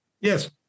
Yes